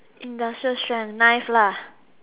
industrial strength knife lah